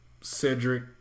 Cedric